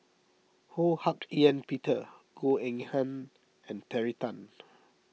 Ho Hak Ean Peter Goh Eng Han and Terry Tan